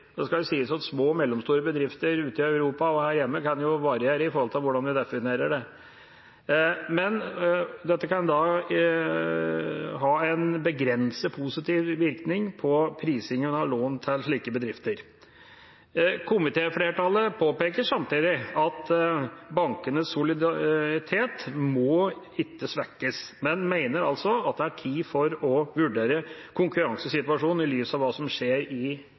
skal det sies at små og mellomstore bedrifter ute i Europa og her hjemme kan variere med hensyn til hvordan en definerer det. Men dette kan ha en begrenset positiv virkning på prisinga av lån til slike bedrifter. Komitéflertallet påpeker samtidig at bankenes solidaritet ikke må svekkes, men mener at det er tid for å vurdere konkurransesituasjonen i lys av hva som skjer i